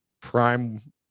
prime